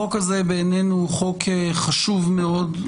החוק הזה בעינינו הוא חוק חשוב מאוד.